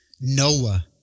Noah